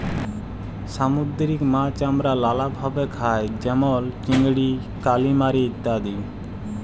সামুদ্দিরিক মাছ আমরা লালাভাবে খাই যেমল চিংড়ি, কালিমারি ইত্যাদি